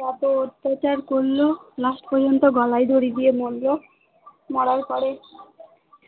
এতো অত্যাচার করলো লাস্ট পর্যন্ত গলাই দড়ি দিয়ে মরলো মরার পর